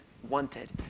wanted